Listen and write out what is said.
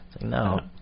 No